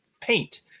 paint